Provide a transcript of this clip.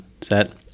set